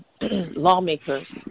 lawmakers